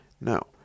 Now